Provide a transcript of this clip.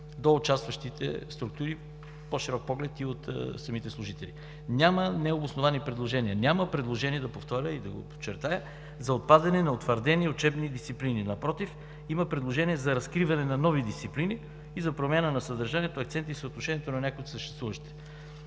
до участващите структури, с по-широк поглед и от самите служители. Няма необосновани предложения, няма предложения, да повторя и да го подчертая, за отпадане на утвърдени учебни дисциплини. Напротив, има предложения за разкриване на нови дисциплини и за промяна на съдържанието, акцента и съотношението на някои от съществуващите.